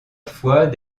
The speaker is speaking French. fois